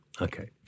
Okay